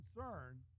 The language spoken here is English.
concern